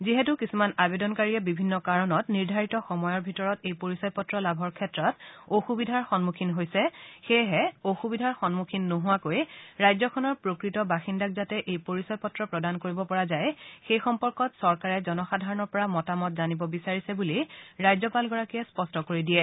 যিহেতু কিছুমান আবেদনকাৰীয়ে বিভিন্ন কাৰণত নিৰ্ধাৰিত সময়ৰ ভিতৰত এই পৰিচয় পত্ৰ লাভৰ ক্ষেত্ৰত অসুবিধাৰ সন্মুখীন হৈছে সেয়েহে অসুবিধাৰ সন্মুখীন নোহোৱাকৈ ৰাজ্যখনৰ প্ৰকৃত বাসিন্দাক যাতে এই পৰিচয় পত্ৰ প্ৰদান কৰিব পৰা যায় সেই সম্পৰ্কত চৰকাৰে জনসাধাৰণৰ পৰা মতামত জানিব বিচাৰিছে বুলি ৰাজ্যপাল গৰাকীয়ে স্পষ্ট কৰি দিয়ে